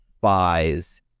buys